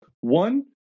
One